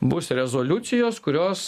bus rezoliucijos kurios